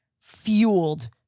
fueled